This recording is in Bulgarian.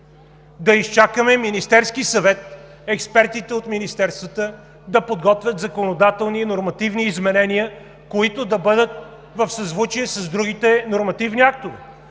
да изчакаме Министерският съвет, експертите от министерствата да подготвят законодателни и нормативни изменения, които да бъдат в съзвучие с другите нормативни актове.